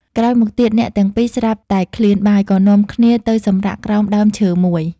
ក្រោយមកទៀត អ្នកទាំងពីរស្រាប់តែឃ្លានបាយ ក៏នាំគ្នាទៅសម្រាកក្រោមដើមឈើមួយ។